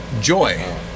Joy